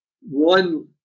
one